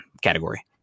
category